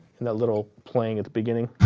in that little playing at the beginning.